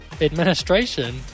administration